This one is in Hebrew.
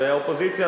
והאופוזיציה,